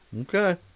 Okay